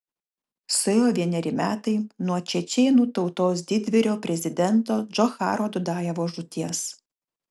suėjo vieneri metai nuo čečėnų tautos didvyrio prezidento džocharo dudajevo žūties